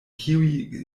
kiuj